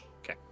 Okay